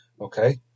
Okay